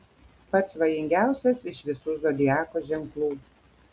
pats svajingiausias iš visų zodiako ženklų